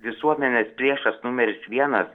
visuomenės priešas numeris vienas